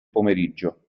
pomeriggio